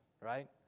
right